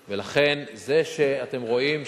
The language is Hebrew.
אני מדבר על עצם המושג שאנחנו כפופים להחלטות של החוק.